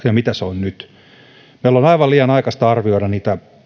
ja mitä se on nyt meidän on aivan liian aikaista arvioida niitä